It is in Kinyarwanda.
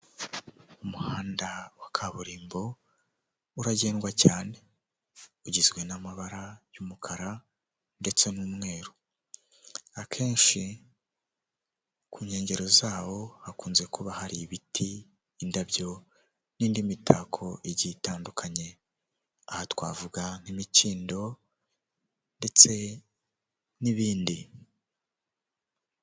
Umuhanda wa kaburimbo uragendwa cyane, ugizwe n'amabara y'umukara ndetse n'umweru, akenshi ku nkengero zawo hakunze kuba hari ibiti, indabyo n'indi mitako igiye itandukanye, aha twavuga nk'imikindo ndetse n'ibindi.